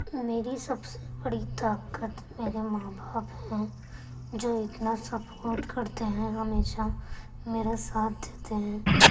میری سب سے بڑی طاقت میرے ماں باپ ہیں جو اتنا سپوٹ کرتے ہیں ہمیشہ میرا ساتھ دیتے ہیں